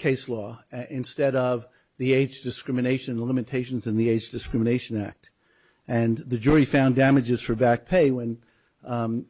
case law instead of the age discrimination limitations in the age discrimination act and the jury found damages for back pay when